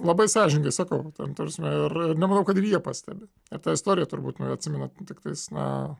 labai sąžiningai sakau ten ta prasme ir nemanau kad ir jie pastebi ir ta istorija turbūt nu atsimenat tiktais na